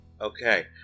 Okay